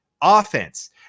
offense